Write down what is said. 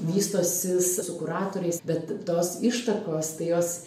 vystosi su kuratoriais bet tos ištakos tai jos